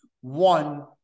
one